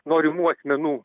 norimų asmenų